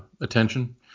attention